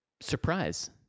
surprise